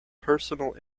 personal